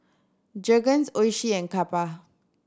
Jergens Oishi and Kappa